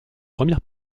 première